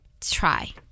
try